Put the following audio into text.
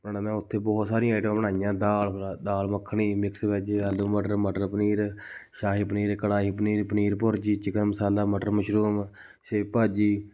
ਮੈਂ ਉੱਥੇ ਬਹੁਤ ਸਾਰੀਆਂ ਆਈਟਮਾਂ ਬਣਾਈਆਂ ਦਾਲ ਫ ਦਾਲ ਮੱਖਣੀ ਮਿਕਸ ਵੈੱਜ ਆਲੂ ਮਟਰ ਮਟਰ ਪਨੀਰ ਸ਼ਾਹੀ ਪਨੀਰ ਕੜਾਹੀ ਪਨੀਰ ਪਨੀਰ ਭੁਰਜੀ ਚਿਕਨ ਮਸਾਲਾ ਮਟਰ ਮਸ਼ਰੂਮ ਸੇਬ ਭਾਜੀ